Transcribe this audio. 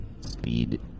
speed